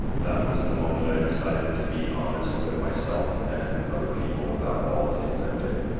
that was the moment i decided to be honest with myself and other people about all the things i've done.